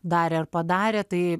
darė ar padarė tai